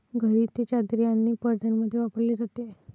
घरी ते चादरी आणि पडद्यांमध्ये वापरले जाते